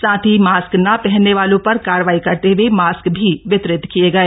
साथ ही मास्क ना शहनने वालों र कार्रवाई करते हए मास्क भी वितरित किये गए